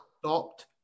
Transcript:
stopped